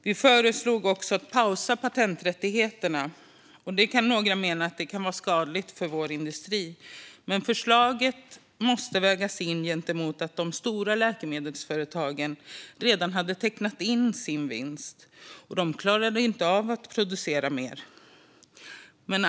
Vi föreslog också att patenträttigheterna skulle pausas. Några kan mena att det kan vara skadligt för vår industri, men förslaget måste vägas mot att de stora läkemedelsföretagen redan hade tecknat in sin vinst och inte klarade av att producera mer.